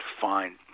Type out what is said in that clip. Find